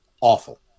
awful